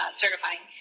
certifying